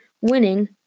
winning